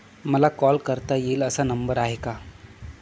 मला कॉल करता येईल असा नंबर आहे का?